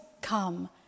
come